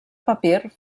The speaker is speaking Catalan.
papir